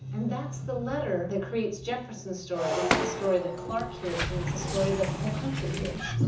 and that's the letter that creates jefferson's story. it's the story that clark hears, and it's the story that the whole country hears.